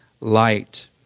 light